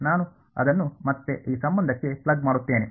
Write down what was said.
ನಾನು ಅದನ್ನು ಮತ್ತೆ ಈ ಸಂಬಂಧಕ್ಕೆ ಪ್ಲಗ್ ಮಾಡುತ್ತೇನೆ